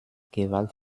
gewalt